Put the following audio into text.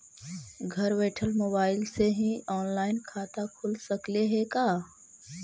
घर बैठल मोबाईल से ही औनलाइन खाता खुल सकले हे का?